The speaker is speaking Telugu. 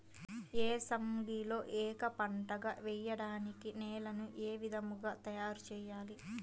ఏసంగిలో ఏక పంటగ వెయడానికి నేలను ఏ విధముగా తయారుచేయాలి?